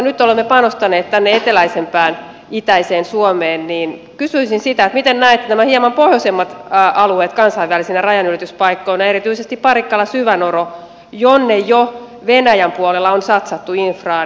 nyt kun olemme panostaneet tänne eteläisempään itäiseen suomeen niin kysyisin sitä miten näette nämä pohjoisemmat alueet kansainvälisinä rajanylityspaikkoina erityisesti parikkala syväoro jonne jo venäjän puolella on satsattu infraan